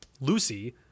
Lucy